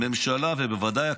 הממשלה, ובוודאי הקבינט,